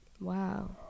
Wow